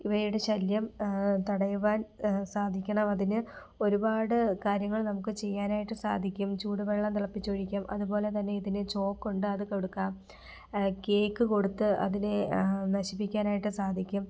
ഇവയുടെ ശല്യം തടയുവാൻ സാധിക്കണം അതിന് ഒരുപാട് കാര്യങ്ങൾ നമുക്ക് ചെയ്യാനായിട്ട് സാധിക്കും ചൂടുവെള്ളം തിളപ്പിച്ച് ഒഴിക്കാം അതുപോലെതന്നെ ഇതിന് ചോക്കുണ്ട് അതു കൊടുക്കാം കേക്ക് കൊടുത്ത് അതിനെ നശിപ്പിക്കാനായിട്ട് സാധിക്കും